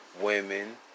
Women